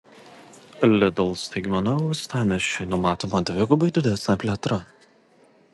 lidl staigmena uostamiesčiui numatoma dvigubai didesnė plėtra